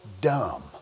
dumb